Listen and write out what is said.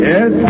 Yes